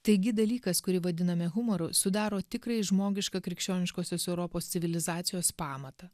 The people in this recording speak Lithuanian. taigi dalykas kurį vadiname humoru sudaro tikrąjį žmogišką krikščioniškosios europos civilizacijos pamatą